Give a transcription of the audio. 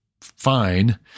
fine